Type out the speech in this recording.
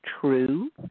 True